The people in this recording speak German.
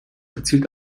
erzielt